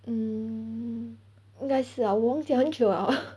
mm 应该是 lah 我忘记 liao 很久了